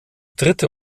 dritte